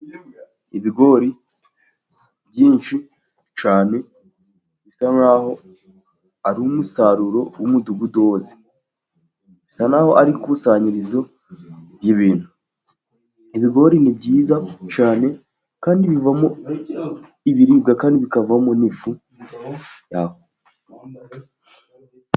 Ibigori byinshi cyane, bisa nkaho ari umusaruro w'umudugudu wose, bisa naho ari ikusanyirizo ry'ibintu .Ibigori ni byiza cyane ,kandi bivamo ibiribwa kandi bikavamo n'ifu ya.